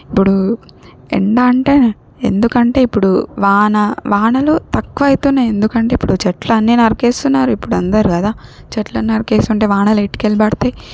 ఇప్పుడు ఎండ అంటే ఎందుకంటే ఇప్పుడు వాన వానలు తక్కువ అవుతున్నాయి ఎందుకంటే ఇప్పుడు చెట్లన్నీ నరికేస్తున్నారు ఇప్పుడు అందరు గదా చెట్లను నరికేస్తుంటే వానలేటికెళ్ళిబడతాయి